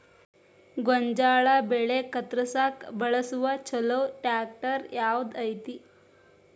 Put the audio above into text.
ಗೋಂಜಾಳ ಬೆಳೆ ಕತ್ರಸಾಕ್ ಬಳಸುವ ಛಲೋ ಟ್ರ್ಯಾಕ್ಟರ್ ಯಾವ್ದ್ ಐತಿ?